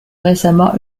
récemment